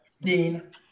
dean